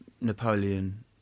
Napoleon